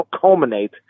culminate